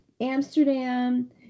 Amsterdam